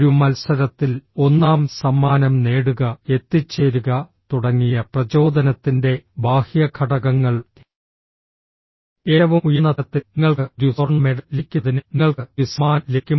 ഒരു മത്സരത്തിൽ ഒന്നാം സമ്മാനം നേടുക എത്തിച്ചേരുക തുടങ്ങിയ പ്രചോദനത്തിന്റെ ബാഹ്യ ഘടകങ്ങൾ ഏറ്റവും ഉയർന്ന തലത്തിൽ നിങ്ങൾക്ക് ഒരു സ്വർണ്ണ മെഡൽ ലഭിക്കുന്നതിന് നിങ്ങൾക്ക് ഒരു സമ്മാനം ലഭിക്കും